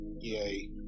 Yay